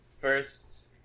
first